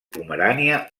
pomerània